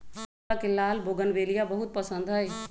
पूजवा के लाल बोगनवेलिया बहुत पसंद हई